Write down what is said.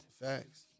Facts